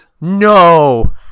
No